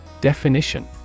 Definition